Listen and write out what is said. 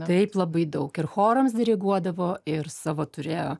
taip labai daug ir chorams diriguodavo ir savo turėjo